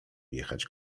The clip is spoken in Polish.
jechać